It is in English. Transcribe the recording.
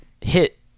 hit